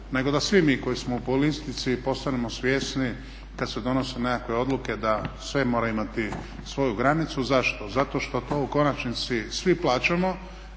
nego da svi mi koji smo u politici postanemo svjesni kad se donose nekakve odluke da sve mora imati svoju granicu. Zašto? Zato što to u konačnici svi plaćamo